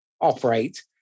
operate